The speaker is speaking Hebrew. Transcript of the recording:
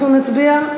אנחנו נצביע,